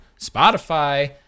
Spotify